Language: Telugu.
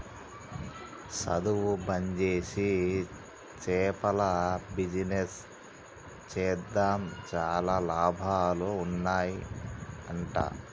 సధువు బంజేసి చేపల బిజినెస్ చేద్దాం చాలా లాభాలు ఉన్నాయ్ అంట